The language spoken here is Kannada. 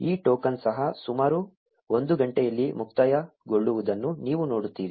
ಈ ಟೋಕನ್ ಸಹ ಸುಮಾರು ಒಂದು ಗಂಟೆಯಲ್ಲಿ ಮುಕ್ತಾಯಗೊಳ್ಳುವುದನ್ನು ನೀವು ನೋಡುತ್ತೀರಿ